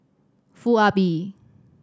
Foo Ah Bee